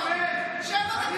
האוטו, שבע דקות.